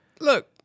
look